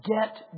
get